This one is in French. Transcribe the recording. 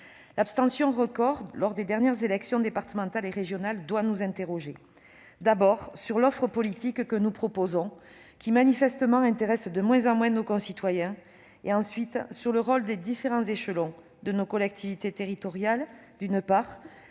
l'abstention record lors des dernières élections départementales et régionales doit nous interroger. D'abord, sur l'offre politique que nous proposons, qui, manifestement, intéresse de moins en moins nos concitoyens ; ensuite, sur le rôle des différents échelons de nos collectivités territoriales, d'une part,